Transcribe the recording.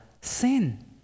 sin